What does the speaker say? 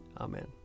Amen